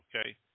Okay